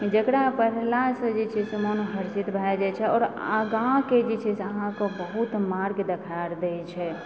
जकरा पढ़लासँ जे छै से मोन हर्षित भए जाइ छै आओर आगाके जे छै से अहाँके बहुत मार्ग देखार दै छै